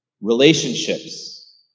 relationships